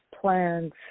plans